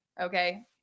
okay